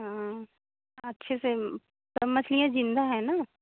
हाँ अच्छे से सब मछलियाँ ज़िन्दा हैं ना